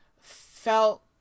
felt